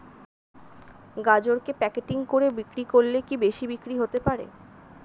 গাজরকে প্যাকেটিং করে বিক্রি করলে কি বেশি বিক্রি হতে পারে?